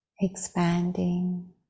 expanding